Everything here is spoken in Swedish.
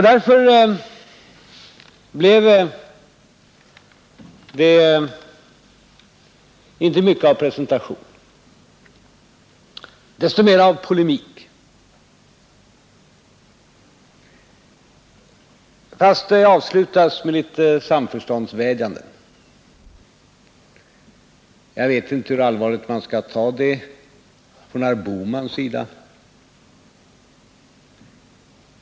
Därför blev det inte mycket av presentation men desto mer av polemik, fastän det hela avslutades med litet samförståndsvädjanden. Jag vet inte hur allvarligt man skall ta på de samförståndsvädjanden som herr Bohman framförde.